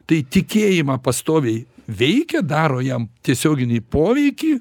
tai tikėjimą pastoviai veikia daro jam tiesioginį poveikį